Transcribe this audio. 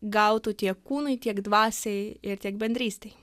gautų tiek kūnui tiek dvasiai ir tiek bendrystei